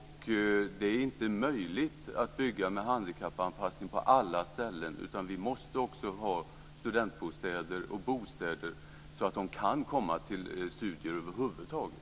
Det är inte möjligt att bygga med handikappanpassning på alla ställen. Vi måste också ha studentbostäder och bostäder så att människor kan studera över huvud taget.